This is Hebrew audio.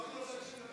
אמרתי לו שיקשיב לך.